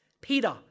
Peter